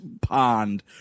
pond